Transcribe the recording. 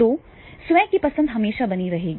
तो स्वयं की पसंद हमेशा बनी रहेगी